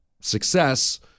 success